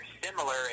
similar